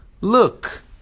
Look